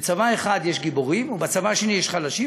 ובצבא אחד יש גיבורים ובצבא השני יש חלשים,